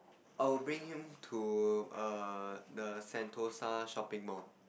I would bring him to err the Sentosa shopping mall